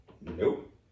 Nope